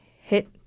hit